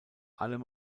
allem